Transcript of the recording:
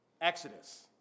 Exodus